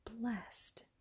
blessed